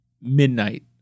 midnight